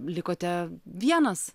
likote vienas